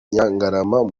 nyirangarama